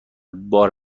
بار